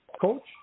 Coach